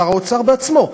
שר האוצר בעצמו,